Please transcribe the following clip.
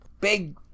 big